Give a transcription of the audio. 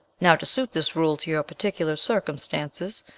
now, to suit this rule to your particular circumstances,